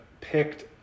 picked